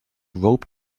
rope